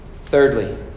Thirdly